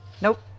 Nope